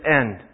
end